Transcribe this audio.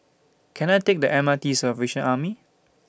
Can I Take The M R T to The Salvation Army